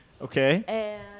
Okay